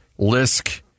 Lisk